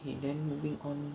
K then moving on